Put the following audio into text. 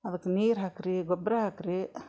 ಅದಕ್ಕೆ ನೀರು ಹಾಕಿರಿ ಗೊಬ್ಬರ ಹಾಕಿರಿ